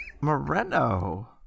Moreno